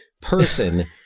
person